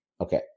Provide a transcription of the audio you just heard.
Okay